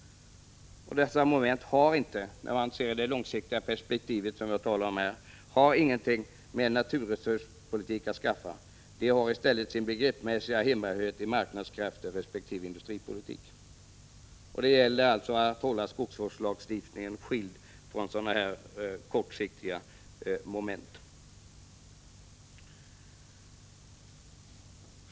Dessa moment har inte, i det långsiktiga perspektiv som jag här har talat om, någonting med naturresurspolitiken att skaffa. De har sin begreppsmässiga hemmahörighet inom ämnesområdena marknadskrafter resp. industripolitik. Det gäller alltså att hålla skogsvårdslagstiftningen skild från sådana här kortsiktiga moment.